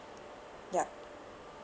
yup